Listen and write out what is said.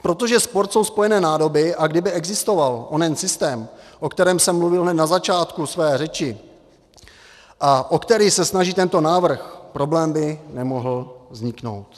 Protože sport jsou spojené nádoby, a kdyby existoval onen systém, o kterém jsem mluvil hned na začátku své řeči a o který se snaží tento návrh, problém by nemohl vzniknout.